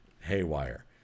haywire